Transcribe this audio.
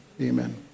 Amen